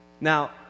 Now